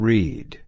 Read